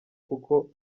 kuko